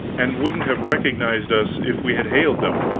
and wouldn't have recognized us if we had hailed them,